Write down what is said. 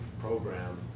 program